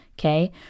okay